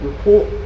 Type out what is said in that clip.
Report